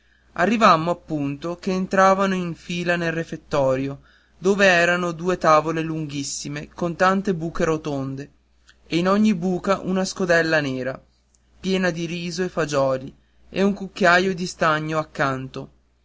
arrivammo appunto che entravano in fila nel refettorio dove erano due tavole lunghissime con tante buche rotonde e in ogni buca una scodella nera piena di riso e fagioli e un cucchiaio di stagno accanto